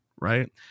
Right